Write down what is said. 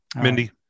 Mindy